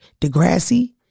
Degrassi